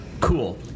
cool